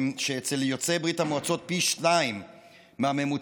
אצל יוצאי ברית המועצות הם פי שניים מהממוצע,